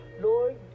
Lord